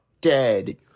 dead